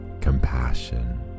compassion